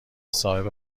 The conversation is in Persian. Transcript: صاحب